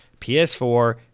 ps4